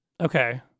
Okay